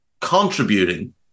contributing